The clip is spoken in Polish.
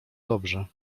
dobrze